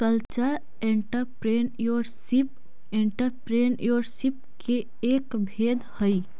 cultural entrepreneurship entrepreneurship के एक भेद हई